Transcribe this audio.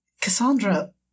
Cassandra